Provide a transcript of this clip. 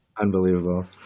Unbelievable